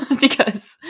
because-